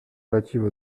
relatives